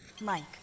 Mike